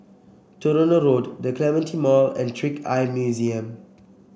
Tronoh Road The Clementi Mall and Trick Eye Museum